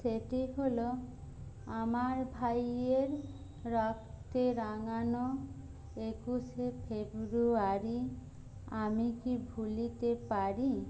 সেটি হল আমার ভাইয়ের রক্তে রাঙানো একুশে ফেব্রুয়ারি আমি কি ভুলিতে পারি